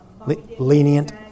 Lenient